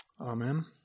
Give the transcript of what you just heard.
Amen